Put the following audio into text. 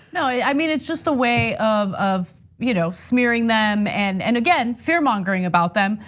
no, i mean, it's just a way of of you know smearing them and and again, fear mongering about them,